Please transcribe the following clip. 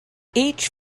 each